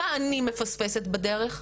מה אני מפספסת בדרך,